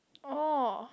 oh